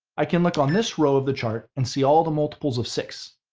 i can look on this row of the chart and see all the multiples of six.